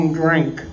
drink